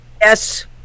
yes